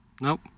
Nope